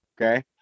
Okay